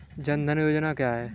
जनधन योजना क्या है?